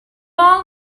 all